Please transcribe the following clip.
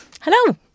Hello